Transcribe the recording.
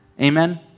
Amen